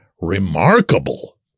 remarkable